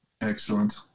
excellent